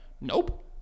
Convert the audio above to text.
Nope